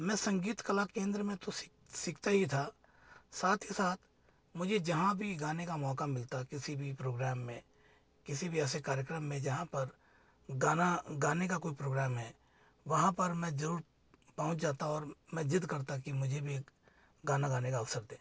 मैं संगीत कला केंद्र में तो सीख सीखता ही था साथ ही साथ मुझे जहाँ भी गाने का मौका मिलता किसी भी प्रोग्राम में किसी भी ऐसे कार्यक्रम में जहाँ पर गाना गाने का कोई प्रोग्राम है वहाँ पर मैं ज़रूर पहुँच जाता और मैं जिद करता हूँ कि मुझे भी एक गाना गाने का अवसर दें